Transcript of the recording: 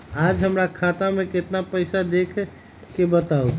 आज हमरा खाता में केतना पैसा हई देख के बताउ?